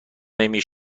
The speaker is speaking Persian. نمی